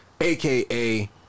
Aka